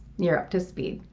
you're up to speed.